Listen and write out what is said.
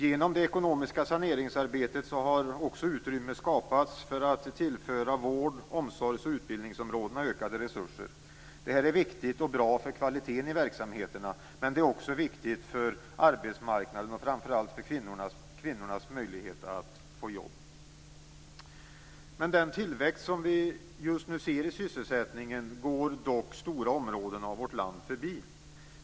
Med hjälp av det ekonomiska saneringsarbetet har också utrymme skapats för att tillföra vård-, omsorgsoch utbildningsområdena ökade resurser. Detta är viktigt och bra för kvaliteten i verksamheterna, men är också viktigt för arbetsmarknaden och framför allt kvinnornas möjligheter att få jobb. Den tillväxt som vi just nu ser i sysselsättningen går dock stora områden av vårt land förbi.